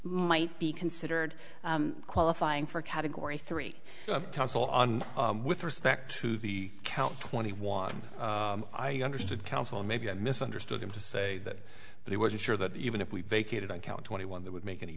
might be considered qualifying for category three counsel on with respect to the count twenty one i understood counsel maybe i misunderstood him to say that but he wasn't sure that even if we vacated on count twenty one that would make any